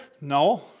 no